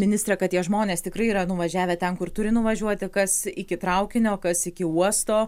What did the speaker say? ministre kad tie žmonės tikrai yra nuvažiavę ten kur turi nuvažiuoti kas iki traukinio kas iki uosto